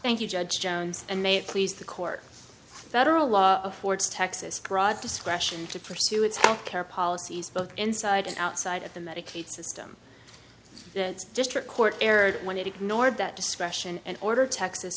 thank you judge jones and may please the court federal law affords texas broad discretion to pursue its health care policies both inside and outside of the medicaid system that's district court erred when it ignored that discretion and order texas